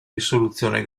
risoluzione